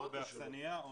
או באכסניה.